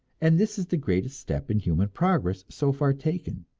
and this is the greatest step in human progress so far taken.